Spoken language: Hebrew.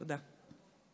תודה.